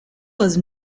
was